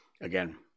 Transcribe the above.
again